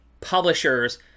publishers